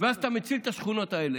ואז אתה מציל את השכונות האלה.